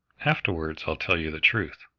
afterwards i'll tell you the truth.